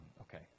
Okay